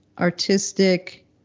artistic